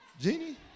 Genie